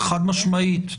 חד משמעית,